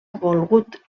volgut